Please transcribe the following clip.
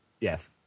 Yes